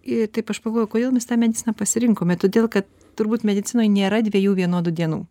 ir taip aš pagalvojau kodėl mes tą mediciną pasirinkome todėl kad turbūt medicinoj nėra dviejų vienodų dienų